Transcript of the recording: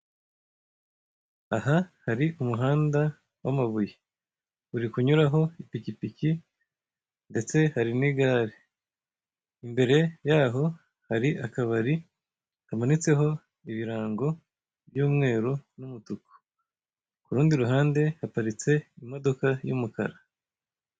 Aha ni kumuhanda w'amabuye uri kunyuraho ipikipiki ndetse hari n'igare. Imbere y'aho hari akabari kamanitseho ibirango by'umweru n'umutuku, kurundi ruhande haparitse imodoka y'umukara.